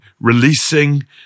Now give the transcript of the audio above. releasing